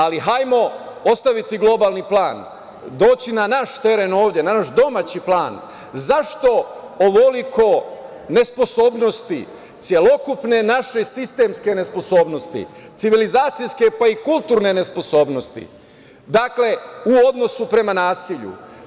Ali hajmo ostaviti globalni plan, doći na naš teren ovde, na naš domaći plan - zašto ovoliko nesposobnosti, celokupne naše sistemske nesposobnosti, civilizacijske, pa i kulturne nesposobnosti, dakle u odnosu prema nasilju.